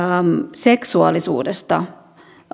seksuaalisuudesta